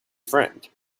friend